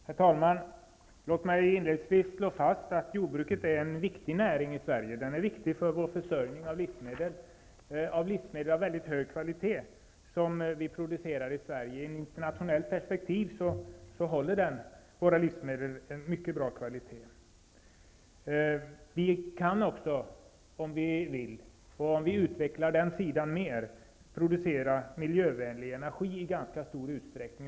Herr talman! Låt mig inledningsvis slå fast att jordbruket är en viktig näring i Sverige. Det är viktigt för vår försörjning med livsmedel. Vi producerar i Sverige livsmedel av mycket hög kvalitet. I ett internationellt perspektiv håller våra livsmedel en mycket bra kvalitet. Vi kan också, om vi vill och om vi utvecklar den sidan mer, producera miljövänlig energi i ganska stor utsträckning.